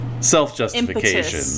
Self-justification